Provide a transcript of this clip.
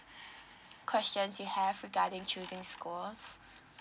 questions you have regarding choosing schools